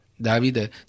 David